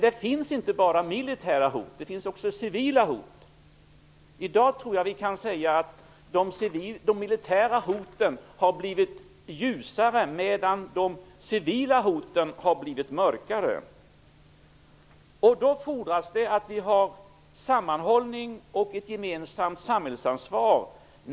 Det finns inte bara militära hot. Det finns också civila hot. I dag tror jag att vi kan säga att de militära hoten har blivit ljusare, medan de civila hoten har blivit mörkare. När samhället utsätts för hårda attacker fordras att vi har sammanhållning och ett gemensamt samhällsansvar.